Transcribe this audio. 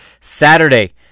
Saturday